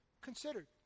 considered